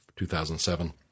2007